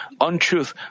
untruth